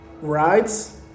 rights